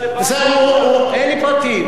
אין לי פרטים.